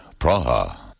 Praha